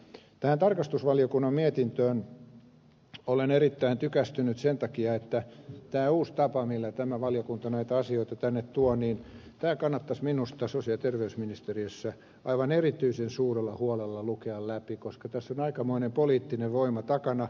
tähän tarkastusvaliokunnan mietintöön olen erittäin tykästynyt sen takia että tämä uusi tapa millä tämä valiokunta näitä asioita tänne tuo kannattaisi minusta sosiaali ja terveysministeriössä aivan erityisen suurella huolella lukea läpi koska tässä on aikamoinen poliittinen voima takana